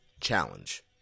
challenge